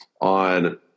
on